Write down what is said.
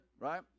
right